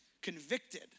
convicted